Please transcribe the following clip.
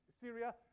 Syria